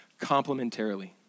complementarily